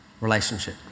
Relationship